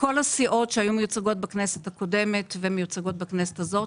כל הסיעות שהיו מיוצגות בכנסת הקודמת ומיוצגות בכנסת הזאת,